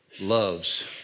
loves